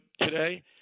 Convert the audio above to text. today